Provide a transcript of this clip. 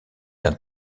d’un